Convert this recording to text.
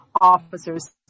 officers